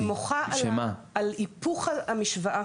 אני מוחה על היפוך המשוואה.